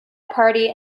party